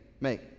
make